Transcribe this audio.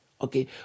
okay